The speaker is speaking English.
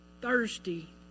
Thirsty